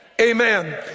amen